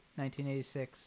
1986